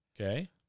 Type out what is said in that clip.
Okay